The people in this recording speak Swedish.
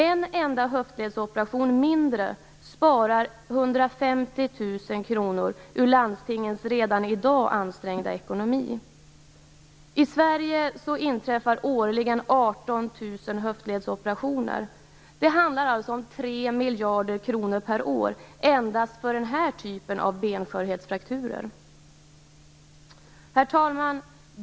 En enda höftledsoperation mindre innebär att landstingen, som redan i dag har en ansträngd ekonomi, sparar 150 000 kr. I Sverige görs årligen 18 000 höftledsoperationer. Det handlar alltså om 3 miljarder kronor per år endast för den här typen av benskörhetsfrakturer. Herr talman!